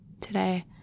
today